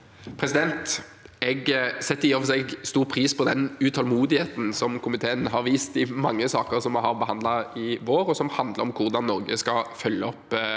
Jeg setter i og for seg stor pris på den utålmodigheten som komiteen har vist i mange saker som vi har behandlet i år, og som handler om hvordan Norge skal følge opp